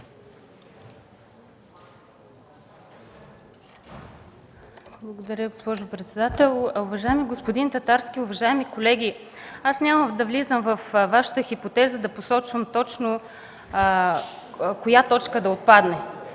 Благодаря, госпожо председател. Уважаеми господин Татарски, уважаеми колеги! Няма да влизам във Вашата хипотеза – да посочвам точно коя точка да отпадне.